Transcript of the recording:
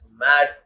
mad